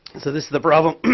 so this is the problem